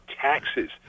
taxes